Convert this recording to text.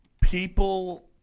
people